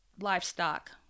livestock